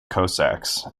cossacks